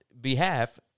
behalf